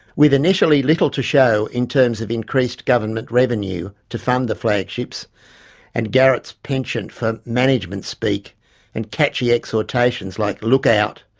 with initially little to show in terms of increased government revenue to fund the flagships and garrett's penchant for management speak and catchy exhortations, like look out,